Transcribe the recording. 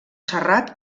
serrat